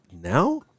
now